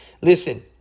Listen